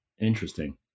Interesting